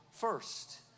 first